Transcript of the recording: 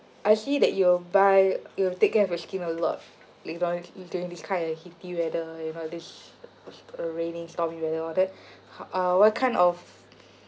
I see that you'll buy you'll take care of your skin a lot like don~ like during this kind of heaty weather you know this uh rainy stormy weather and all that uh what kind of